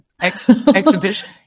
exhibition